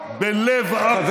בלב עכו.